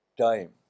time